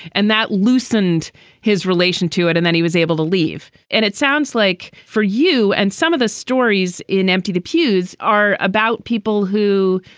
and that loosened his relation to it. and then he was able to leave. and it sounds like for you and some of the stories in empty the pews are about people who,